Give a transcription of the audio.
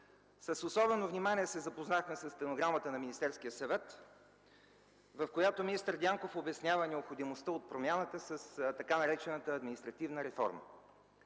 С особено внимание се запознахме със стенограмата на Министерския съвет, в която министър Дянков обяснява необходимостта от промяната с така наречената административна реформа.